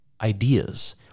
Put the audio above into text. ideas